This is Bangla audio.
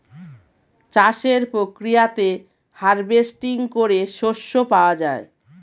চাষের প্রক্রিয়াতে হার্ভেস্টিং করে শস্য পাওয়া যায়